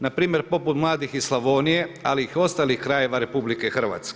Na primjer poput mladih iz Slavonije, ali i ostalih krajeva RH.